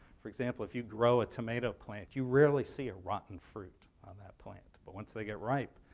for example, if you grow a tomato plant, you rarely see a rotten fruit on that plant. but once they get ripe,